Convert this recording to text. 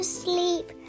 sleep